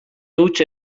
huts